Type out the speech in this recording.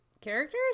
characters